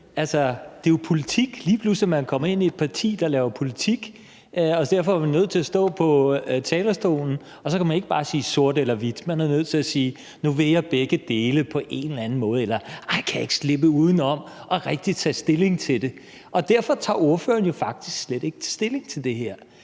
det er jo politik. Lige pludselig er man kommet ind i et parti, der laver politik, og derfor er man nødt til at stå på talerstolen, og så kan man ikke bare sige sort eller hvidt. Man er nødt til at sige, nu vil jeg begge dele på en eller anden måde. Eller: Ej, kan jeg ikke slippe udenom rigtig at tage stilling til det? Derfor tager ordføreren jo faktisk slet ikke stilling til det her,